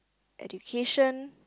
education